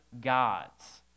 gods